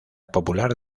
popular